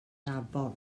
afon